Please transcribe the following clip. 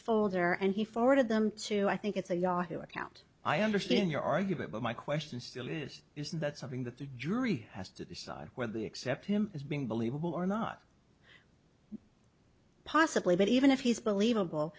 folder and he forwarded them to i think it's a yahoo account i understand your argument but my question still is is that something that the jury has to decide whether they accept him as being believable or not possibly but even if he's believable